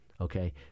Okay